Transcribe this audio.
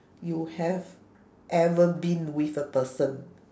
you have ever been with a person